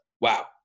wow